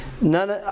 None